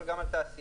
אבל גם על תעשייה.